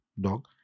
dog